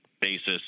basis